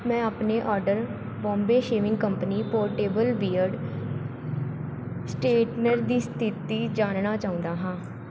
ਮੈਂ ਆਪਣੇ order Bombay shaving company portable beard straightener ਦੀ ਸਥਿਤੀ ਜਾਣਨਾ ਚਾਹੁੰਦਾ ਹਾਂ